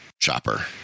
Chopper